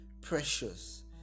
precious